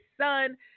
son